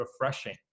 refreshing